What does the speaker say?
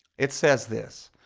it says this,